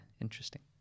interesting